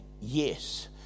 yes